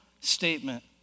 statement